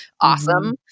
awesome